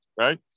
right